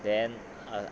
then